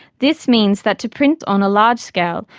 this means that to print on a large scale,